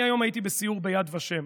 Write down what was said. אני היום הייתי בסיור ביד ושם,